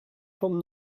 from